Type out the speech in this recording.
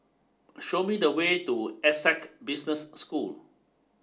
show me the way to Essec Business School